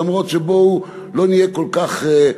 למרות שבואו לא נהיה כל כך,